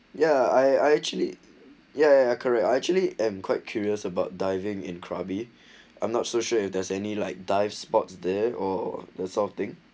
ya I I actually ya ya correct actually and quite curious about diving in krabi I'm not so sure if there's any like dive spots the or the sort of thing